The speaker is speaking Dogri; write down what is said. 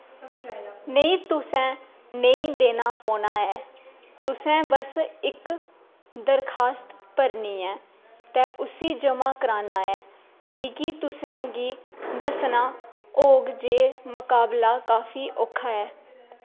नेईं तुसें नेईं देना पौना ऐ तुसें बस इक दरखास्त भरनी ऐ ते उस्सी ज'मा कराना ऐ मिगी तुसें गी दस्सना होग जे मकाबला काफी औखा ऐ